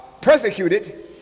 Persecuted